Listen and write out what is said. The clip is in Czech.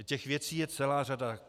Těch věcí je celá řada.